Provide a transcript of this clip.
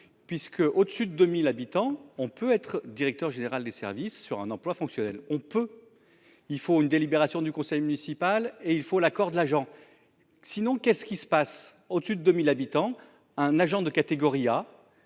puisque, au sud de 1000 habitants. On peut être directeur général des services sur un emploi fonctionnel on peut. Il faut une délibération du conseil municipal et il faut l'accord de l'agent. Sinon qu'est-ce qui se passe au de 2000 habitants. Un agent de catégorie A.